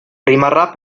rimarrà